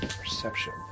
perception